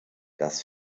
das